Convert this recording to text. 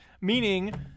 meaning